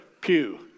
pew